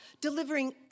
delivering